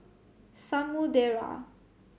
Samudera